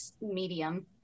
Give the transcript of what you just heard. medium